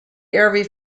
every